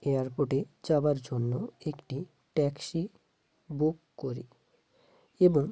এয়ারপোর্টে যাওয়ার জন্য একটি ট্যাক্সি বুক করি এবং